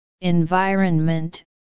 environment